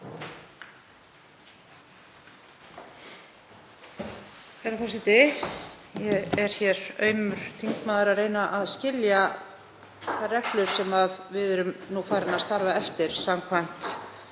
Herra forseti. Ég er hér aumur þingmaður að reyna að skilja þær reglur sem við erum nú farin að starfa eftir samkvæmt